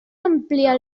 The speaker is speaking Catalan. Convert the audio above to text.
ampliar